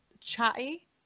Chatty